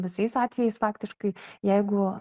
visais atvejais faktiškai jeigu